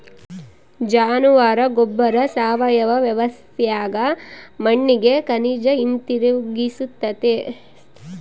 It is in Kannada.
ಜಾನುವಾರ ಗೊಬ್ಬರ ಸಾವಯವ ವ್ಯವಸ್ಥ್ಯಾಗ ಮಣ್ಣಿಗೆ ಖನಿಜ ಹಿಂತಿರುಗಿಸ್ತತೆ